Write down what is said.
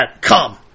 come